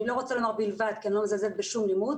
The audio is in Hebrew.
אני לא רוצה להגיד "בלבד" כי אני לא מזלזלת בשום לימוד